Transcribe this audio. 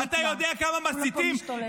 אתה יודע כמה פעמים ביום מסיתים